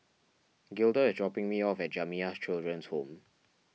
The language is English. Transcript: Gilda is dropping me off at Jamiyah Children's Home